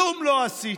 כלום לא עשיתם.